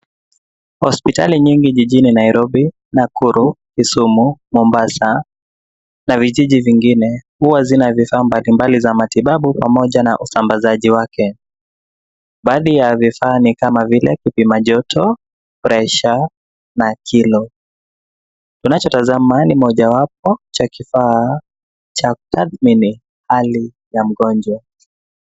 Hospitali nyingi jijini Nairobi, Nakuru, Kisumu, Mombasa na vijiji vingine huwa zina vifaa mbalimbali za matibabu pamoja na usambazaji wake. Baadhi ya vifaa ni kama vile kipima joto, pressure na kilo. Unachotazama ni mojawapo cha kifaa cha kutathmini hali ya mgonjwa.